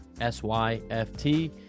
s-y-f-t